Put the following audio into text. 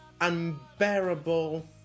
unbearable